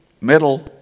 metal